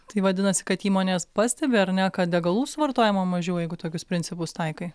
tai vadinasi kad įmonės pastebi ar ne kad degalų suvartojama mažiau jeigu tokius principus taikai